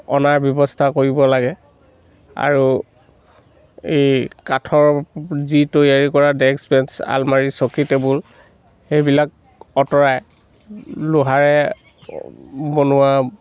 অনা ব্যৱস্থা কৰিব লাগে আৰু এই কাঠৰ যি তৈয়াৰি কৰা ডেস্ক বেঞ্চ আলমাৰি চকী টেবুল সেইবিলাক অঁতৰাই লোহাৰে বনোৱা